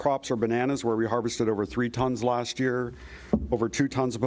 crops or bananas where we harvested over three tonnes last year over two tonnes of